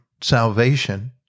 salvation